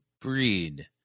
breed